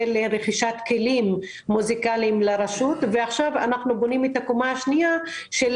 לרכישת כלים מוזיקליים לרשות ועכשיו אנחנו בונים את הקומה השנייה כדי